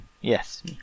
Yes